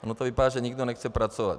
Ono to vypadá, že nikdo nechce pracovat.